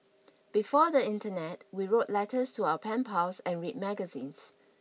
before the internet we wrote letters to our pen pals and read magazines